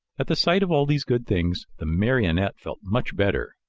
at the sight of all these good things, the marionette felt much better.